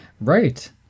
Right